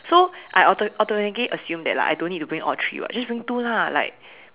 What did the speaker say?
so I auto~ automatically assume that like I don't need to bring all three [what] just bring two lah like